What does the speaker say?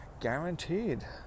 guaranteed